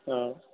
ఆ